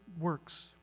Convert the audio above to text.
works